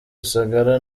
rusagara